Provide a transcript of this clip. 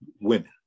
women